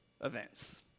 events